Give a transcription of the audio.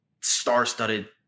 star-studded